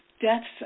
Death's